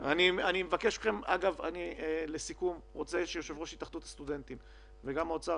אני רוצה שיושב-ראש התאחדות הסטודנטים והאוצר